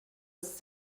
ist